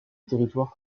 territoire